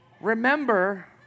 Remember